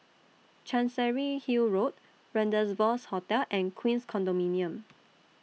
Chancery Hill Road Rendezvous Hotel and Queens Condominium